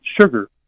sugar